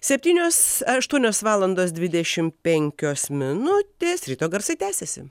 septynios aštuonios valandos dvidešim penkios minutės ryto garsai tęsiasi